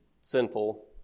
sinful